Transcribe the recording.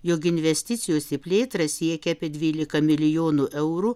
jog investicijos į plėtrą siekia apie dvylika milijonų eurų